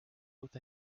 with